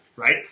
Right